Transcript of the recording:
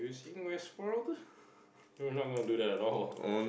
no we're not gonna do that at all